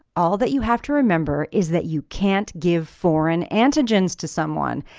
all that you have to remember is that you can't give foreign antigens to someone.